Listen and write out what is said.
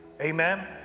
Amen